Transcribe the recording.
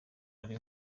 ari